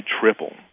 triple